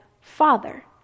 Father